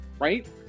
right